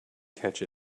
catch